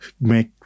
make